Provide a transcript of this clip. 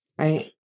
right